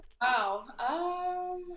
Wow